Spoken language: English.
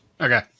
Okay